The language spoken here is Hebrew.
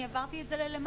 אני העברתי את זה למעלה.